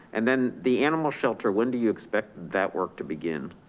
and then the animal shelter, when do you expect that work to begin?